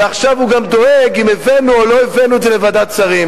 ועכשיו הוא גם דואג אם הבאנו או לא הבאנו את זה לוועדת שרים.